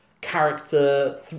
character